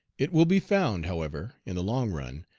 it will be found, however, in the long run,